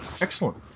Excellent